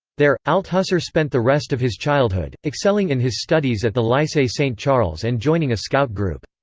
there, althusser spent the rest of his childhood, excelling in his studies at the lycee saint-charles and joining a scout group.